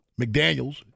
McDaniels